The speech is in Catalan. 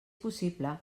possible